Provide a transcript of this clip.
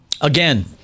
Again